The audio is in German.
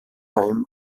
time